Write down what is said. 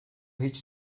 hiç